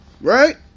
Right